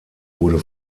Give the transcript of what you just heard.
wurde